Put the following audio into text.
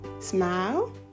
Smile